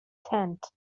tent